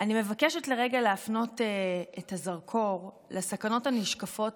אני מבקשת לרגע להפנות את הזרקור לסכנות הנשקפות